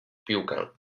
piłkę